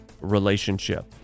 relationship